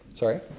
Sorry